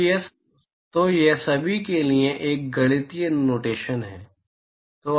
तो यह सभी के लिए सिर्फ एक गणितीय नोटेशन है